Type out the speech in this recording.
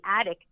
attic